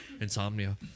Insomnia